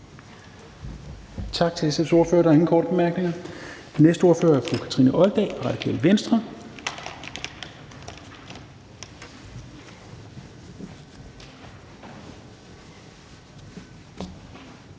Tak til SF's ordfører. Der er ingen korte bemærkninger. Den næste ordfører er fru Kathrine Olldag, Radikale Venstre.